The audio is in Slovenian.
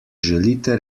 želite